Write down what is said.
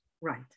right